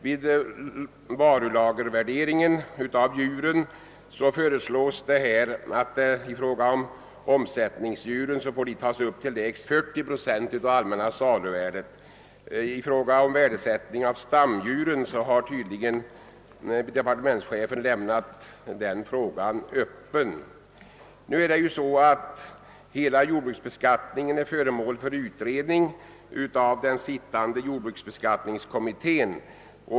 Vid varulagervärderingen av djuren föreslås här i fråga om omsättningsdjuren att de får upptas till lägst 40 procent av det allmänna saluvärdet. I fråga om värdesättningen av stamdjuren har tydligen departementschefen lämnat den frågan öppen. Nu är ju hela jordbruksbeskattningen föremål för utredning av den sittan de jordbruksbeskattningskommittén.